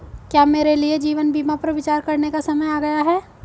क्या मेरे लिए जीवन बीमा पर विचार करने का समय आ गया है?